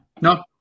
No